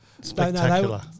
spectacular